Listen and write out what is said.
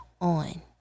on